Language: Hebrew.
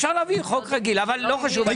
אפשר להעביר חוק רגיל, אבל לא חשוב.